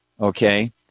okay